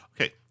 Okay